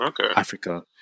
Africa